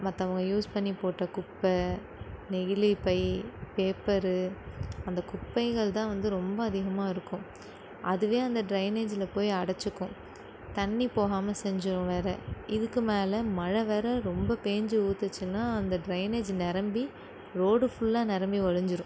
மற்றவங்க யூஸ் பண்ணி போட்ட குப்பை நெகிழி பை பேப்பர் அந்த குப்பைகள் தான் வந்து ரொம்ப அதிகமாக இருக்கும் அதுவே அந்த டிரைனேஜில் போய் அடைச்சிக்கும் தண்ணி போகாமல் செஞ்சிடும் வேறு இதுக்கு மேல் மழை வேற ரொம்ப பெஞ்சு ஊற்றுச்சின்னா இந்த டிரைனேஜ் நிரம்பி ரோடு ஃபுல்லாக நிரம்பி வழிஞ்சிடும்